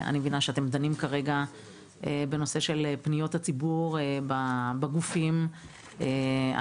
אני מבינה שאתם דנים כרגע בנושא של פניות הציבור בגופים הממשלתיים.